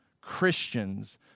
Christians